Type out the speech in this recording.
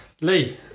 Lee